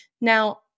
Now